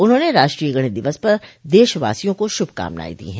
उन्होंने राष्ट्रीय गणित दिवस पर देशवासियों को शुभकामनाएं दी हैं